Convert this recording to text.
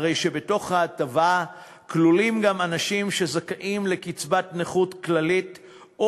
אלא שבהטבה כלולים גם אנשים שזכאים לקצבת נכות כללית או